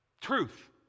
Truth